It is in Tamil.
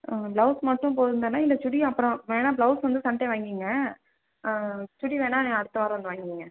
ப்ளவுஸ் மட்டும் போதும் தானே இல்லை சுடி அப்புறோம் வேணுணா பிளவுஸ் வந்து சண்டே வாங்கிங்க சுடி வேணுணா நீ அடுத்த வாரம் வந்து வாங்கிங்க